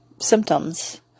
symptoms